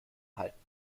halten